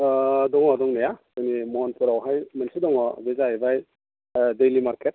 अ दङ दंनाया जोंनि महनपुरावहाय मोनसे दङ बे जाहैबाय डेलि मार्केट